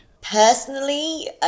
Personally